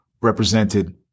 represented